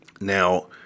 Now